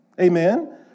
Amen